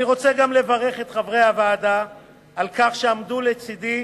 אני רוצה גם לברך את חברי הוועדה על כך שעמדו לצדי,